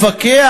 לפקח,